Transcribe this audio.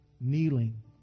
kneeling